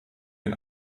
den